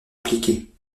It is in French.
appliqués